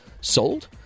Sold